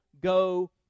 go